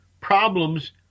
problems